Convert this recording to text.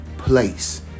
place